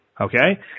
Okay